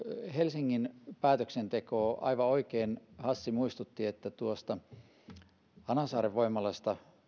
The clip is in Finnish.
helsingin päätöksentekoon aivan oikein hassi muistutti että päätös hanasaaren voimalan